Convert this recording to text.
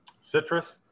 citrus